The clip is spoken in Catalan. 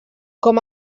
com